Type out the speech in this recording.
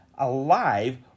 alive